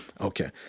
Okay